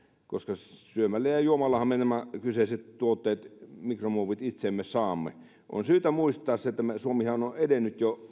syömällä ja juomallahan me nämä kyseiset tuotteet mikromuovit itseemme saamme on syytä muistaa se että suomihan on jo